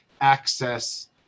access